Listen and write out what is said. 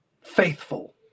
faithful